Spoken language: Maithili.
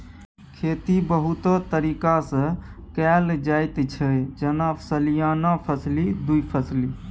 खेती बहुतो तरीका सँ कएल जाइत छै जेना सलियाना फसली, दु फसली